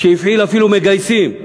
שהפעיל אפילו מגייסים.